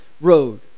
road